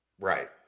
Right